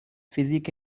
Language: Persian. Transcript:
فیزیک